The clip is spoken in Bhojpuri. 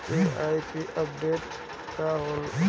के.वाइ.सी अपडेशन का होखेला?